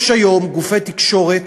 יש היום גופי תקשורת